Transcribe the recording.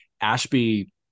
Ashby